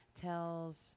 tells